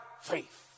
faith